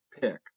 pick